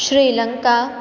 Sri Lanka